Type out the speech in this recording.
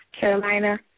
Carolina